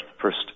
First